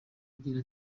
agira